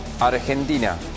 Argentina